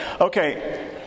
Okay